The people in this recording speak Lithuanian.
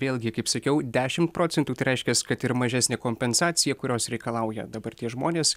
vėlgi kaip sakiau dešimt procentų tai reiškias kad ir mažesnė kompensacija kurios reikalauja dabar tie žmonės